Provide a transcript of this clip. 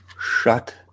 Shut